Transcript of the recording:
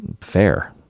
fair